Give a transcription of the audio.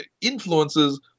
influences